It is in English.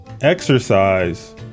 Exercise